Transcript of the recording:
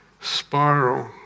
spiral